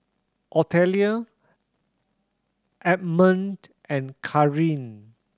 Otelia Ammon and Carin